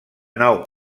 nou